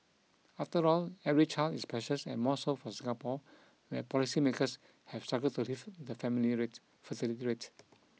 after all every child is precious and more so for Singapore where policymakers have struggled to lift the family rate fertility rate